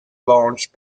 launched